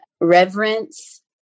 reverence